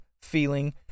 feeling